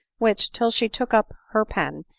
which, till she took up her pen,